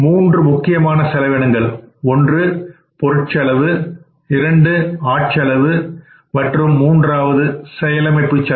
மூன்று முக்கியமான செலவினங்கள் 1பொருட்செலவு 2 ஆட்செலவு 3 செயலமைப்புச் செலவு